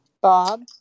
bob